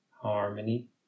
harmony